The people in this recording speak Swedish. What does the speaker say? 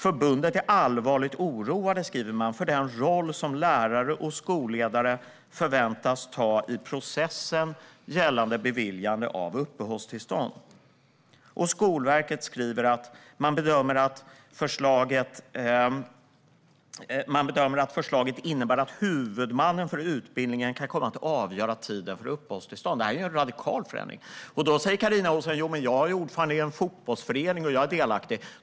Förbundet är allvarligt oroat, skriver man, för den roll som lärare och skolledare förväntas ta i processen gällande beviljande av uppehållstillstånd. Skolverket skriver att man bedömer att förslaget innebär att huvudmannen för utbildningen kan komma att avgöra tiden för uppehållstillstånd. Det här är ju en radikal förändring. Då säger Carina Ohlsson att hon är ordförande i en fotbollsförening, så hon är delaktig.